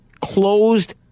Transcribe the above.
closed